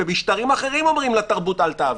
במשטרים אחרים אומרים לתרבות, אל תעבדי.